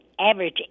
average